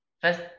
First